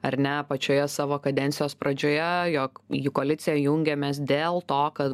ar ne pačioje savo kadencijos pradžioje jog į koaliciją jungiamės dėl to kad